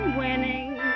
winning